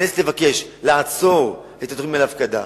הכנסת תבקש לעצור את התוכנית מהפקדה.